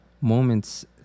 moments